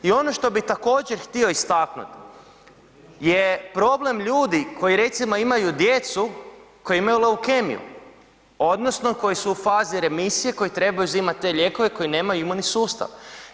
I ono što bi također htio istaknut je problem ljudi koji recimo imaju djecu koja imaju leukemiju odnosno koja su fazi remisije, koja trebaju uzimat te lijekove, koje nema imuni sustav.